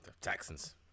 Texans